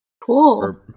Cool